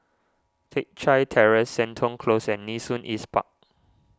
Teck Chye Terrace Seton Close and Nee Soon East Park